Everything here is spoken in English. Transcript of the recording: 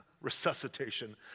resuscitation